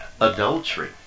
adultery